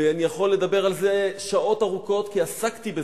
ואני יכול לדבר על זה שעות ארוכות כי עסקתי בזה.